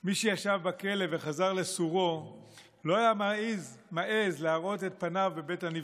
מי שישב בכלא וחזר לסורו לא היה מעז להראות את פניו בבית הנבחרים.